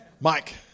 Mike